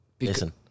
Listen